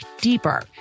deeper